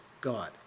God